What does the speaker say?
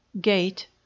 gate